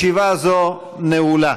ישיבה זו נעולה.